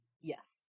yes